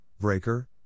breaker